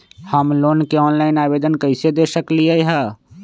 हम लोन के ऑनलाइन आवेदन कईसे दे सकलई ह?